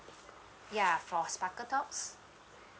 ya for sparkletots